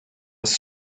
was